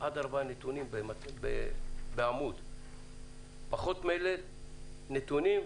איזה מוצרים מעבירים ואיך מעבירים ואיך פונים ללקוח,